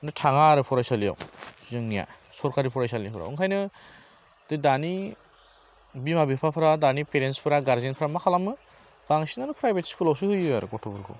थाङा आरो फरायसालिआव जोंनिया सरकारि फरायसालिफोराव ओंखायनो दानि बिमा बिफाफ्रा दानि पेरेन्टस फोरा गार्जेन्टफ्रा मा खालामो बांसिनानो प्राइभेट स्कुलावसो होयो आरो गथ'फोरखौ